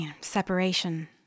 separation